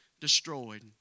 destroyed